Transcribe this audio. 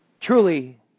truly